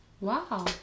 Wow